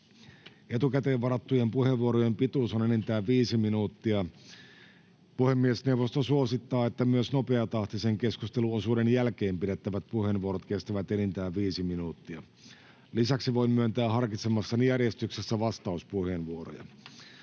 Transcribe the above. Etukäteen varattujen puheenvuorojen pituus on enintään viisi minuuttia. Puhemiesneuvosto suosittaa, että myös nopeatahtisen keskusteluosuuden jälkeen pidettävät puheenvuorot kestävät enintään viisi minuuttia. Lisäksi voin myöntää harkitsemassani järjestyksessä vastauspuheenvuoroja.